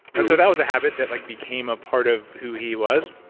and so that was a habit that like became a part of who he was.